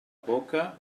boca